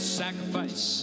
sacrifice